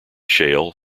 shale